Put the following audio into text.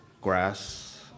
grass